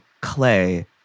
clay